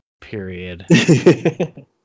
Period